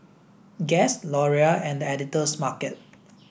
Guess Laurier and The Editor's Market